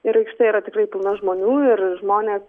ir aikštė yra tikrai pilna žmonių ir žmonės